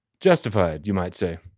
justified you might say.